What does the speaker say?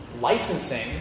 licensing